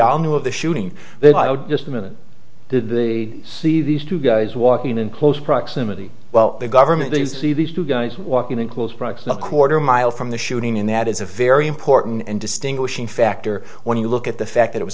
all knew of the shooting then i was just a minute did the see these two guys walking in close proximity well the government there you see these two guys walking in close proximity quarter mile from the shooting and that is a very important and distinguishing factor when you look at the fact it was